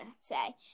say